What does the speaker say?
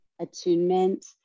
attunement